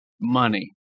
money